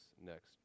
next